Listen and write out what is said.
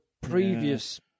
previous